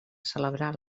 celebrar